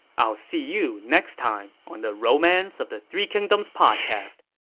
i'll see you next time on the romance of the three kingdoms podcast.